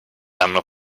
hanno